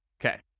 Okay